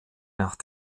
nach